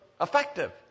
effective